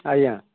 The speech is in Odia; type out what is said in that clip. ଆଜ୍ଞା